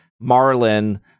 Marlin